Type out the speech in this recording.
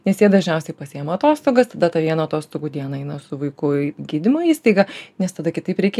nes jie dažniausiai pasiėma atostogas tada tą vieną atostogų dieną eina su vaiku į gydymo įstaigą nes tada kitaip reikia